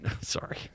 Sorry